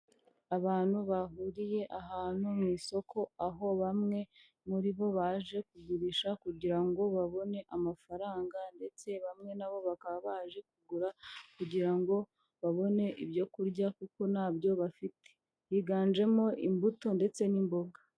Abantu bahuriye ahantu mu isoko aho bamwe muri bo baje kugurisha kugira ngo babone amafaranga, ndetse bamwe nabo bakaba baje kugura kugira ngo babone ibyo kurya kuko ntabyo bafite, higanjemo imbuto ndetse n'imboga.